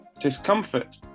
discomfort